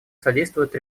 содействуют